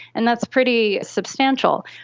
and that's pretty substantial.